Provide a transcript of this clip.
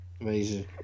Amazing